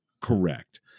correct